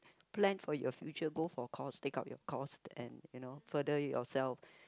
plan for your future go for course take out your course and you know further yourself